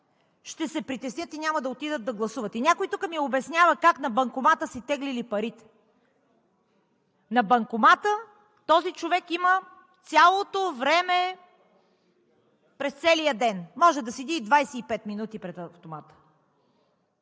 ще се притеснят и няма да отидат да гласуват. Някой тук ми обяснява как на банкомата си теглили парите. На банкомата този човек има цялото време през целия ден, може да стои и 25 минути пред автомата.